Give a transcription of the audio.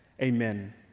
amen